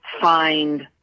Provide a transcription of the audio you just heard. find